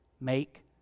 Make